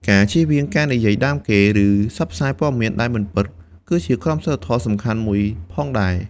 ការជៀសវាងការនិយាយដើមគេ ឬផ្សព្វផ្សាយព័ត៌មានដែលមិនពិត ក៏ជាក្រមសីលធម៌សំខាន់មួយផងដែរ។